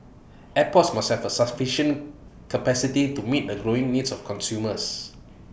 airports must have sufficient capacity to meet the growing needs of consumers